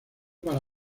para